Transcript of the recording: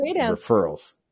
referrals